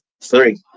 Three